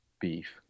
beef